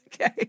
Okay